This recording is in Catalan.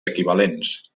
equivalents